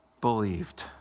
believed